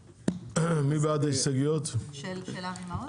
מי בעד ההסתייגויות של חבר הכנסת אבי מעוז?